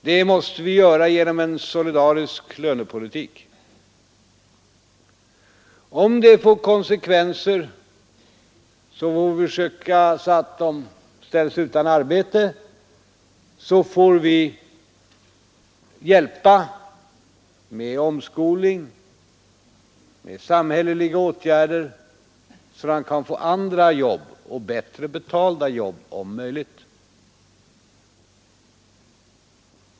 Det måste vi göra genom en solidarisk lönepolitik.” Om det får till konsekvens att några ställs utan arbete, får vi hjälpa med omskolning och med samhälleliga åtgärder så att de kan få andra och om möjligt bättre betalda jobb.